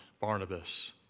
Barnabas